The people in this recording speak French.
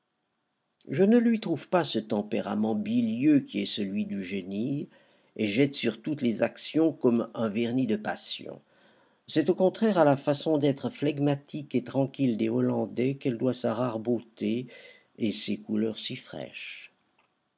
je ne lui trouve pas ce tempérament bilieux qui est celui du génie et jette sur toutes les actions comme un vernis de passion c'est au contraire à la façon d'être flegmatique et tranquille des hollandais qu'elle doit sa rare beauté et ses couleurs si fraîches